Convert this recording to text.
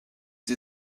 sie